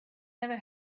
never